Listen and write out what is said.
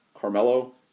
Carmelo